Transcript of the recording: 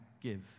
give